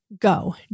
go